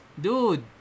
dude